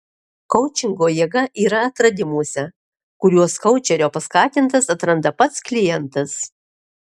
koučingo jėga yra atradimuose kuriuos koučerio paskatintas atranda pats klientas